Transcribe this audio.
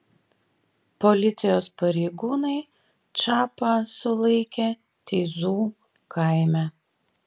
policijos pareigūnai čapą sulaikė teizų kaime